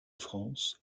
france